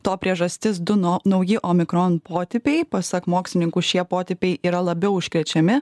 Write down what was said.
to priežastis du no nauji omikron potipiai pasak mokslininkų šie potipiai yra labiau užkrečiami